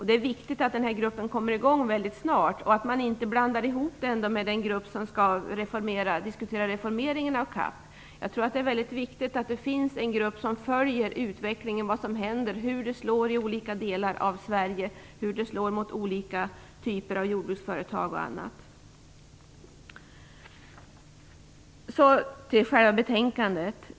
Det är viktigt att den här gruppen snart kommer i gång med sitt arbete och att man inte blandar ihop den med den grupp som skall diskutera reformeringen av CAP. Det är väldigt viktigt att det finns en grupp som följer utvecklingen; vad som händer, hur det slår i olika delar av Sverige och mot olika typer av jordbruksföretag m.m. Därmed går jag över till själva betänkandet.